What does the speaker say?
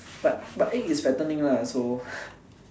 but but egg is fattening lah so